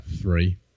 Three